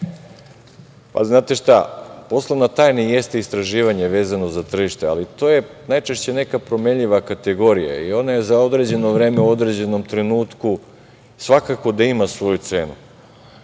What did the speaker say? Pa, znate šta, poslovna tajna i jeste istraživanje vezano za tržište, ali to je najčešće neka promenljiva kategorija i ona je za određeno vreme u određenom trenutku svakako da ima svoju cenu,